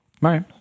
right